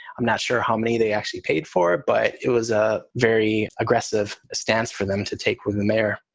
i'm not sure how many they actually paid for it, but it was a very aggressive stance for them to take with the mayor.